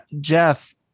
Jeff